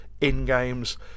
in-games